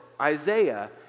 Isaiah